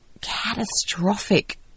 catastrophic